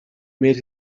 made